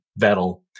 Vettel